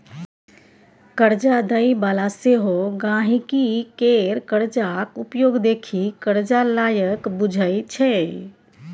करजा दय बला सेहो गांहिकी केर करजाक उपयोग देखि करजा लायक बुझय छै